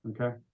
Okay